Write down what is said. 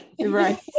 Right